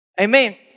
Amen